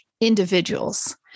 individuals